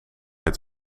het